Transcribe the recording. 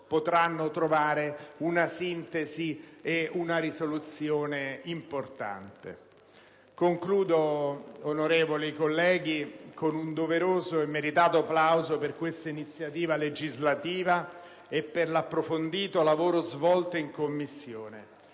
potranno trovare una sintesi e una risoluzione importante. Concludo, onorevoli colleghi, con un doveroso e meritato plauso per questa iniziativa legislativa e per l'approfondito lavoro svolto in Commissione,